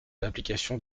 d’application